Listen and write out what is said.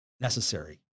necessary